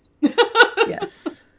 Yes